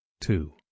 Two